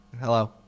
Hello